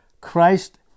Christ